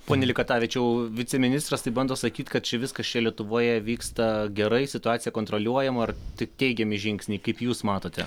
pone likatavičiau viceministras tai bando sakyt kad čia viskas čia lietuvoje vyksta gerai situacija kontroliuojama ar tik teigiami žingsniai kaip jūs matote